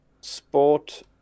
sport